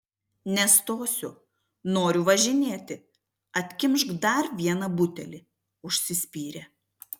nestosiu noriu važinėti atkimšk dar vieną butelį užsispyrė